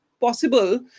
possible